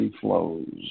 flows